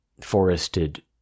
forested